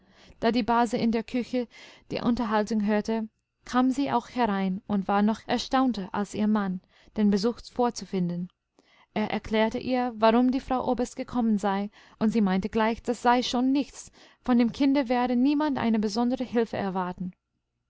da die base in der küche die unterhaltung hörte kam sie auch herein und war noch erstaunter als ihr mann den besuch vorzufinden er erklärte ihr warum die frau oberst gekommen sei und sie meinte gleich das sei schon nichts von dem kinde werde niemand eine besondere hilfe erwarten